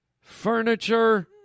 Furniture